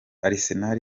arsenal